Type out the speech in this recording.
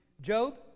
Job